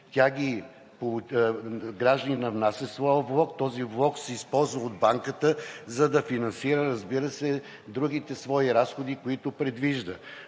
Гражданинът внася своя влог, този влог се използва от банката, за да финансира, разбира се, другите свои разходи, които предвижда,